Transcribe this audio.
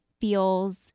feels